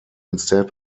instead